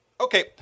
Okay